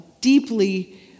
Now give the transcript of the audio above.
deeply